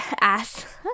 Ass